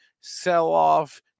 sell-off